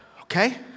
Okay